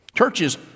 Churches